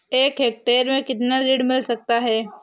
एक हेक्टेयर में कितना ऋण मिल सकता है?